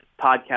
podcast